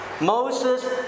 Moses